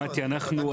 אנחנו,